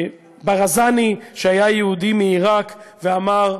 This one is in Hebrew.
וברזני, שהיה יהודי מעיראק, ואמר,